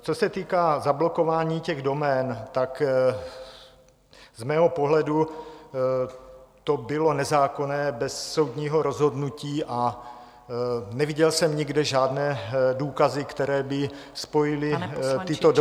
Co se týká zablokování těch domén, z mého pohledu to bylo nezákonné bez soudního rozhodnutí a neviděl jsem nikde žádné důkazy, které by spojily tyto...